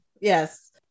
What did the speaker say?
Yes